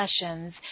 sessions